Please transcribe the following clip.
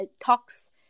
talks